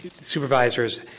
Supervisors